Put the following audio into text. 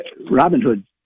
Robinhood